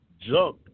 junk